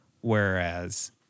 Whereas